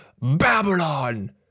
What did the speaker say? Babylon